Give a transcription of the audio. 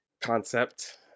concept